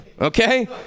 okay